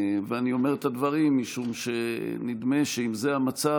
ואני אומר את הדברים משום שנדמה שאם זה המצב